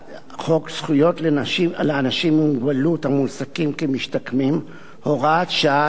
חוק זכויות לאנשים עם מוגבלות המועסקים כמשתקמים (הוראת שעה) (תיקון),